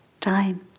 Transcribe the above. time